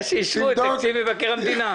זה שאישרו את תקציב משרד מבקר המדינה.